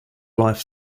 wife